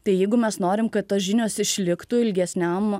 tai jeigu mes norim kad tos žinios išliktų ilgesniam